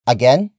Again